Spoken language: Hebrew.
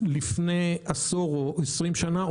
לפני עשור או עשרים שנה,